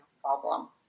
problem